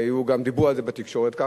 דיברו על זה בתקשורת,